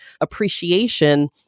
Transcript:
appreciation